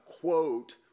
quote